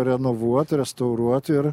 renovuot restauruot ir